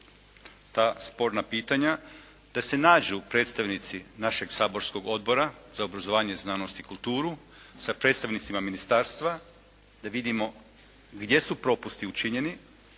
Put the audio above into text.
ta sporna pitanja, da se nađu predstavnici našeg saborskog Odbora za obrazovanje, znanost i kulturu sa predstavnicima ministarstva da vidimo gdje su propusti učinjeni,